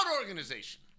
organization